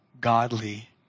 godly